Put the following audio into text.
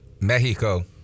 Mexico